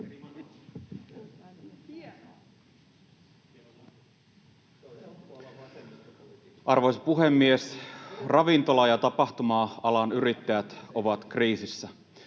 Arvoisa puhemies! Ravintola- ja tapahtuma-alan yrittäjät ovat kriisissä.